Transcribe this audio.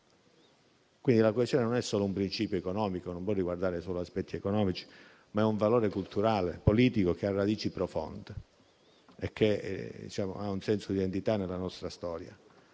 Quindi, la coesione non è solo un principio economico, non può riguardare solo gli aspetti economici, ma è un valore culturale e politico, che ha radici profonde e ha un senso di identità nella nostra storia.